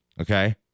Okay